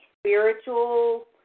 spiritual